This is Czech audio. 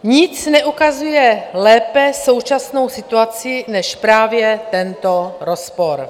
Nic neukazuje lépe současnou situaci než právě tento rozpor.